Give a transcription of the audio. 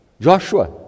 Joshua